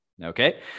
Okay